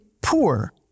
poor